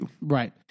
Right